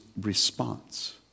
response